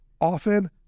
often